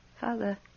Father